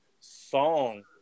song